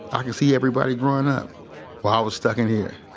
i can see everybody growing up while i was stuck in here.